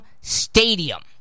stadium